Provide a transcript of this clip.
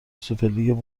سوپرلیگ